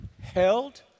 held